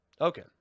Okay